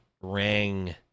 rang